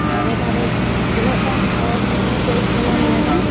ᱟᱫᱚ ᱛᱟᱦᱞᱮ ᱛᱤᱱᱟᱹᱜ ᱜᱟᱱ ᱦᱚᱲ ᱱᱤᱭᱟᱹᱯᱮ ᱤᱥᱤᱱᱟ ᱱᱤᱭᱟᱹ ᱫᱚ